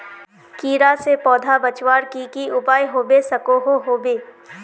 कीड़ा से पौधा बचवार की की उपाय होबे सकोहो होबे?